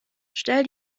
stell